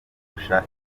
kurusha